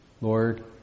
Lord